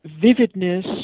vividness